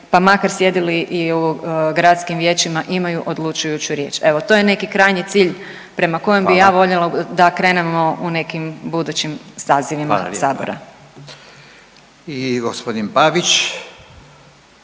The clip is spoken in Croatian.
pa makar sjedili i u gradskim vijećima imaju odlučujuću riječ. Evo to je neki krajnji cilj…/Upadica Radin: Hvala/…prema kojem bi ja voljela da krenemo u nekim budućim sazivima sabora. **Radin, Furio